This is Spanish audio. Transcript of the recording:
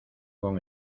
con